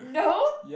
no